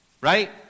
Right